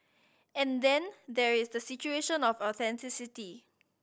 and then there is the situation of authenticity